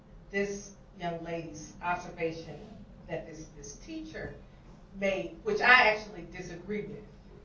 this young lady's observation and that this this teacher made which i actually disagree with.